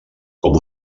com